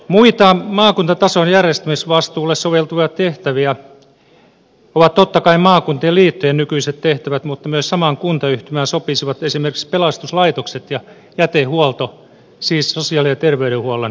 muita maakuntatason järjestämisvastuulle soveltuvia tehtäviä ovat totta kai maakuntien liittojen nykyiset tehtävät mutta samaan kuntayhtymään sopisivat myös esimerkiksi pelastuslaitokset ja jätehuolto siis sosiaali ja terveydenhuollon lisäksi